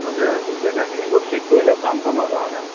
অ এতিয়া জেগাখিনি ক'ত ঠিক কৰিলে ফাৰ্মখনৰ কাৰণে